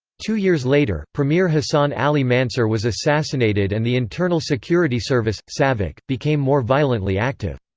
two years later, premier hassan ali mansur was assassinated and the internal security service, savak, became more violently active.